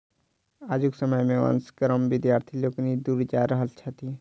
आजुक समय मे वंश कर्म सॅ विद्यार्थी लोकनि दूर जा रहल छथि